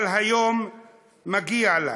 אבל היום מגיע לה.